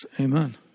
Amen